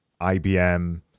IBM